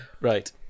Right